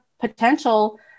potential